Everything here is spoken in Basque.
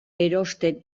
erosten